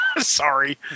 Sorry